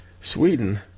Sweden